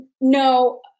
No